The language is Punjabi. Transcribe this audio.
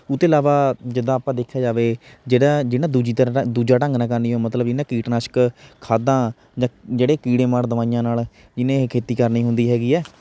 ਉਹ ਤੋਂ ਇਲਾਵਾ ਜਿੱਦਾਂ ਆਪਾਂ ਦੇਖਿਆ ਜਾਵੇ ਜਿਹੜਾ ਜਿੰਨਾ ਦੂਜੀ ਤਰ੍ਹਾਂ ਨਾਲ਼ ਦੂਜਾ ਢੰਗ ਨਾਲ ਕਰਨੀ ਆ ਮਤਲਬ ਜਿਹਨੇ ਕੀਟਨਾਸ਼ਕ ਖਾਦਾਂ ਜਾਂ ਜਿਹੜੇ ਕੀੜੇ ਮਾਰ ਦਵਾਈਆਂ ਨਾਲ਼ ਜਿਹਨੇ ਇਹ ਖੇਤੀ ਕਰਨੀ ਹੁੰਦੀ ਹੈਗੀ ਹੈ